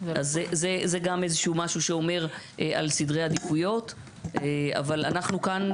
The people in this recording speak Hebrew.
זה גם משהו שאומר על סדרי העדיפויות אבל אנחנו כאן,